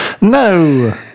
No